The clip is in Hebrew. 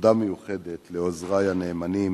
תודה מיוחדת לעוזרי הנאמנים: